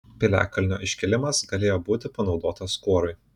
piliakalnio iškilimas galėjo būti panaudotas kuorui